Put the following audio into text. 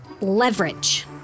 leverage